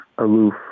aloof